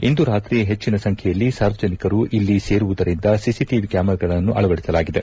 ಇಂದು ರಾತ್ರಿ ಹೆಚ್ಚನ ಸಂಖ್ಯೆಯಲ್ಲಿ ಸಾರ್ವಜನಿಕರು ಇಲ್ಲಿ ಸೇರುವುದರಿಂದ ಸಿಸಿಟಿವಿ ಕ್ಯಾಮರಾಗಳನ್ನು ಅಳವಡಿಸಲಾಗಿದೆ